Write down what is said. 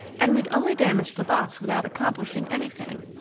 and we'd only damage the box without accomplishing anything.